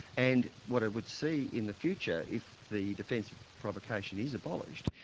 and what i would see in the future, if the defence of provocation is abolished,